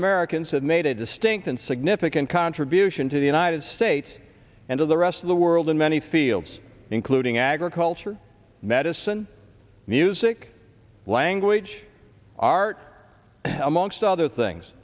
americans have made a distinct and significant contribution to the united states and of the rest of the world in many fields including agriculture medicine music language art amongst other things